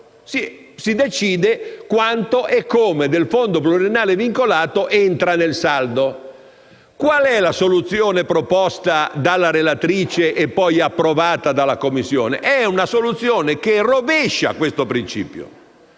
si decide quanto e come del fondo pluriennale vincolato entra nel saldo. La soluzione proposta dalla relatrice e poi approvata dalla Commissione rovescia questo principio